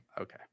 Okay